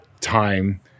time